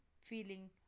feeling